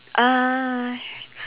uh